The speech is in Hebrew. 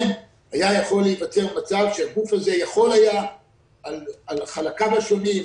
היה יכול להיווצר מצב שהגוף הזה יכול היה על חלקיו השונים,